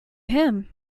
him